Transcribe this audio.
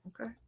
Okay